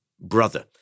brother